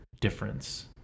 difference